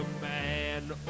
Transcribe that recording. man